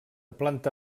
planta